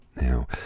Now